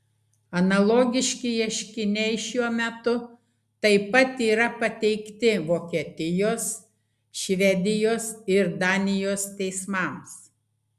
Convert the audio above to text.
analogiški ieškiniai šiuo metu taip pat yra pateikti vokietijos švedijos ir danijos teismams